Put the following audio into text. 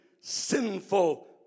sinful